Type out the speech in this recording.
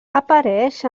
apareix